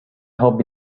hope